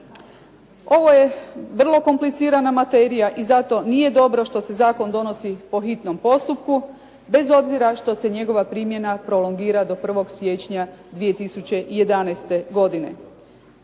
Ovo je vrlo komplicirana materija i zato nije dobro što se zakon donosi po hitnom postupku, bez obzira što se njegova primjena prolongira do 1. siječnja 2011. godine.